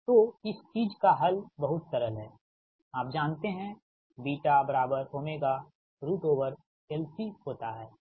तो इस चीज का हल बहुत सरल है आप जानते हैं LC होता है ठीक